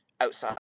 outside